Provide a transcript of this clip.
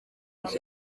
iri